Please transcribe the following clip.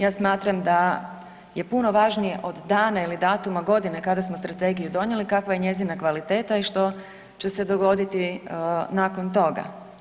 Ja smatram da je puno važnije od dana ili datuma godine kada smo strategiju donijeli kakva je njezina kvaliteta i što će se dogoditi nakon toga.